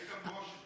איתן ברושי.